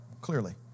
clearly